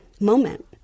moment